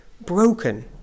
broken